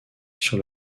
sur